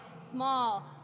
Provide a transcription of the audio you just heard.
Small